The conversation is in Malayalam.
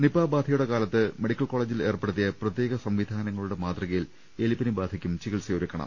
നിപ ബാധയുടെ കാലത്ത് മെഡിക്കൽ കോളജിൽ ഏർപ്പെ ടുത്തിയ പ്രത്യേക സംവിധാനങ്ങളുടെ മാതൃകയിൽ എലിപ്പനി ബാധയ്ക്കും ചികിത്സ ഒരുക്കണം